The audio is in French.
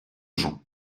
jean